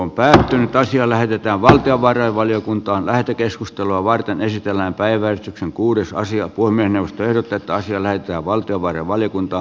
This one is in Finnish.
puhemiesneuvosto ehdottaa että asia lähetetään valtiovarainvaliokuntaan lähetekeskustelua varten esitellään päiväys on kuudessa asia voi mennä rokotetta asia näyttää valtiovarainvaliokunta